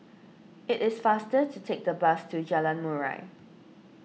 it is faster to take the bus to Jalan Murai